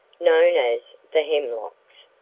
known as the hemlocks,